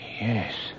yes